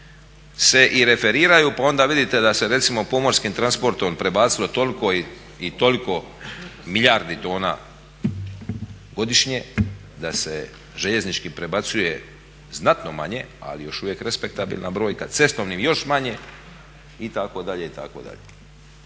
se i referiraju pa onda vidite da se recimo pomorskim transportom prebacilo toliko i toliko milijardi tona godišnje, da se željeznički prebacuje znatno manje ali još uvijek respektabilna brojka, cestovnim još manje itd. itd. To je